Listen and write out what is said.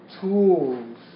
tools